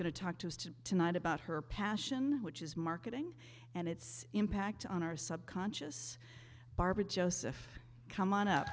going to talk to us to tonight about her passion which is marketing and its impact on our subconscious barber joseph come on up